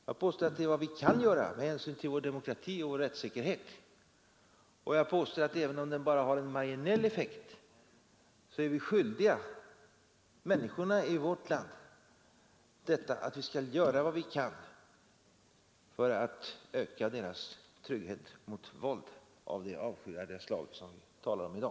Jag påstår att den går så långt som är möjligt med bibehållen respekt för omistliga principer i vår demokrati och vårt rättssamhälle. Och jag påstår att även om den bara har marginell effekt så är vi skyldiga människorna i vårt land att genomföra den. Vi är skyldiga att göra vad vi kan för att öka människornas trygghet mot våld av det avskyvärda slag som vi talar om i dag.